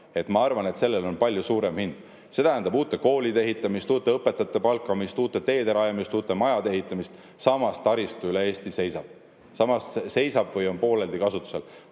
Ma arvan, et sellel on palju kõrgem hind. See tähendab uute koolide ehitamist, uute õpetajate palkamist, uute teede rajamist, uute majade ehitamist. Samas, taristu üle Eesti seisab – seisab või on pooleldi kasutusel.